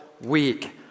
week